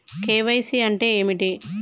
KYC అంటే ఏమిటి?